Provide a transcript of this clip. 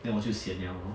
then 我就 sian 了 lor